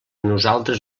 nosaltres